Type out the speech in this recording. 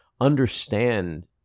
understand